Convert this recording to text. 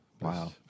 Wow